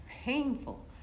painful